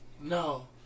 No